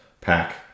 pack